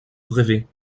brevets